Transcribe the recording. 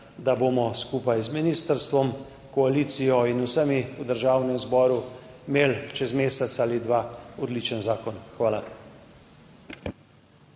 da bomo skupaj z ministrstvom, koalicijo in vsemi v Državnem zboru imeli čez mesec ali dva odličen zakon. Hvala.